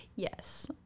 Yes